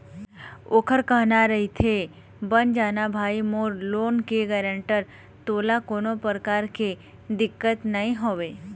ओखर कहना रहिथे बन जाना भाई मोर लोन के गारेंटर तोला कोनो परकार के दिक्कत नइ होवय